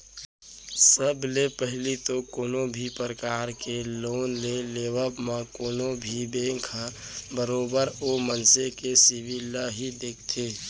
सब ले पहिली तो कोनो भी परकार के लोन के लेबव म कोनो भी बेंक ह बरोबर ओ मनसे के सिविल ल ही देखथे